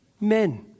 men